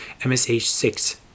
MSH6